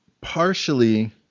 Partially